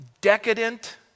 decadent